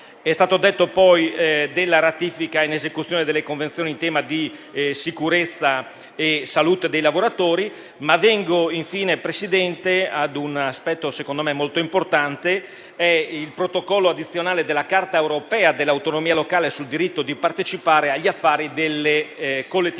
È stato detto poi della ratifica in esecuzione delle convenzioni in tema di sicurezza e salute dei lavoratori. Vengo infine, Presidente, a un aspetto secondo me molto importante: il Protocollo addizionale alla Carta europea dell'autonomia locale sul diritto di partecipare agli affari delle collettività